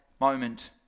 moment